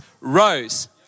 rose